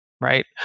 right